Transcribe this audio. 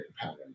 pattern